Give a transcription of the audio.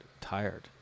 tired